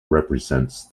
represents